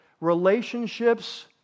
relationships